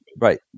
Right